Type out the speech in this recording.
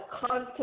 content